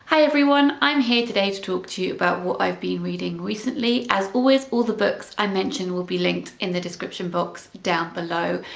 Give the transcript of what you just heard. hi everyone, i'm here today to talk to you about what i've been reading recently. as always, all the books i mention will be linked in the description box down below.